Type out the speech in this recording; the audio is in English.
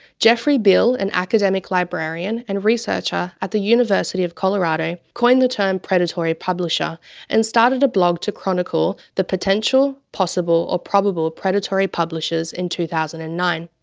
jeffrey beall, an academic librarian and researcher at the university of colorado, coined the term predatory publisher and started a blog to chronicle the potential, possible, or probable predatory publishers in two thousand and nine.